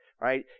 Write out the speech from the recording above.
Right